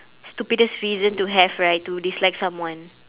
stupidest reason to have right to dislike someone